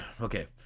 Okay